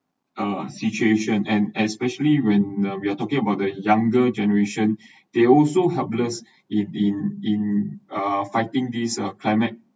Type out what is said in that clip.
uh situation and especially when we are talking about the younger generation they also helpless in in in uh fighting these uh climate